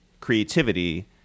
creativity